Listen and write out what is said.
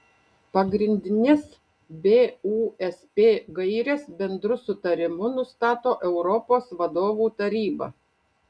pagrindines busp gaires bendru sutarimu nustato europos vadovų taryba